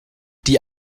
die